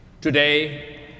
Today